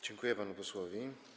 Dziękuję panu posłowi.